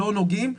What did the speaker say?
לא נוגעים,